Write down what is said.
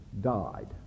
died